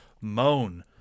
moan